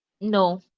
No